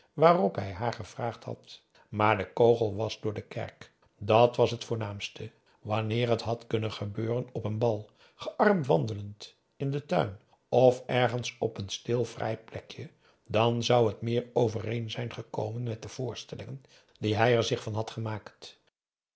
waarop hij haar gevraagd had maar de kogel was door de kerk dàt was het voornaamste wanneer t had kunnen gebeuren op een bal gearmd wandelend in den tuin of p a daum hoe hij raad van indië werd onder ps maurits ergens op een stil vrij plekje dan zou het meer overeen zijn gekomen met de voorstellingen die hij zich er van had gemaakt